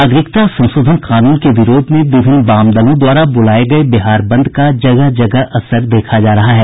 नागरिकता संशोधन कानून के विरोध में विभिन्न वाम दलों द्वारा बुलाये गये बिहार बंद का जगह जगह असर देखा जा रहा है